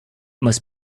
must